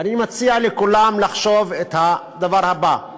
ואני מציע לכולם לחשוב את הדבר הבא: